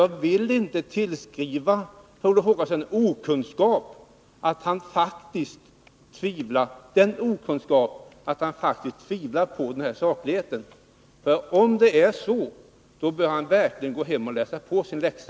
Jag vill inte tillskriva Per Olof Håkansson sådan okunnighet att han faktiskt inte förstår sakskälen. Om det är så bör han verkligen gå hem och läsa på sin läxa.